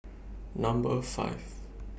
Number five